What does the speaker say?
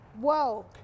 whoa